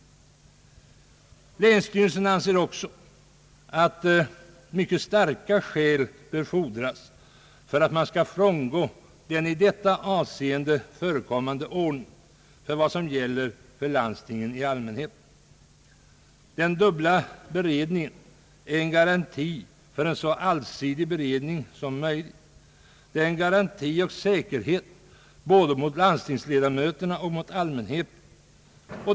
Länsstyrelsen anser också att mycket starka skäl bör fordras för att frångå vad som nu gäller för landstingen i allmänhet. Den dubbla beredningen är en garanti för en så allsidig beredning som möjligt. Det är en garanti och säkerhet både mot landstingsledamöterna och mot allmänheten.